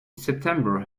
september